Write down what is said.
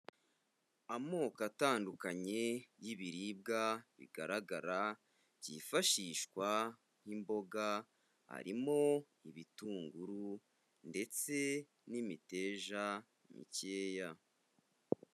Amoko atandukanye y'ibiribwa bigaragara byifashishwa nk'imboga, harimo ibitunguru ndetse n'imiteja mikeya.